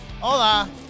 Hola